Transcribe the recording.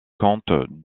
compte